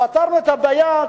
פתרנו את הבעיה,